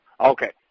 Okay